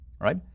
right